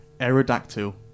Aerodactyl